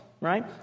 right